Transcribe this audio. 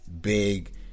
big